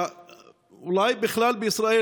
אולי בכלל בישראל,